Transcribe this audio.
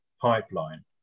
pipeline